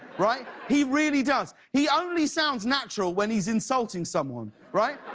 right? he really does. he only sounds natural when he's insulting someone, right?